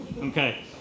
Okay